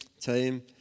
time